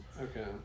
Okay